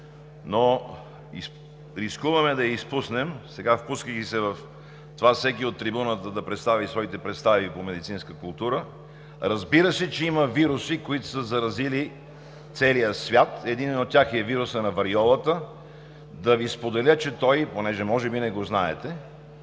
но рискуваме да я изпуснем сега, впускайки се в това всеки от трибуната да представи своите представи по медицинска култура. Разбира се, че има вируси, които са заразили целия свят, единият от тях е вирусът на вариолата. Да Ви споделя, че той, понеже може би не го знаете,